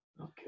Okay